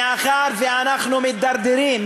מאחר שאנחנו מידרדרים,